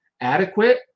adequate